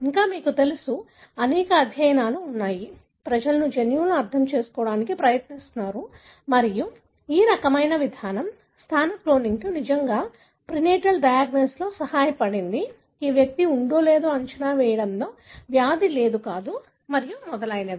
ఇంకా మీకు తెలుసు అనేక అధ్యయనాలు ఉన్నాయి ఇంకా ప్రజలు జన్యువును అర్థం చేసుకోవడానికి ప్రయత్నిస్తున్నారు మరియు ఈ రకమైన విధానం స్థాన క్లోనింగ్ నిజంగా ప్రినేటల్ డయాగ్నసిస్లో సహాయపడింది మరియు ఒక వ్యక్తికి ఉందో లేదో అంచనా వేయడంలో వ్యాధి లేదా కాదు మరియు మొదలైనవి